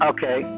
Okay